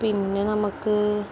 പിന്നെ നമുക്ക്